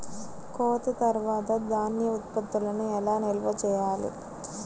కోత తర్వాత ధాన్య ఉత్పత్తులను ఎలా నిల్వ చేయాలి?